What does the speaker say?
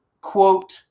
quote